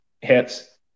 hits